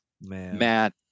Matt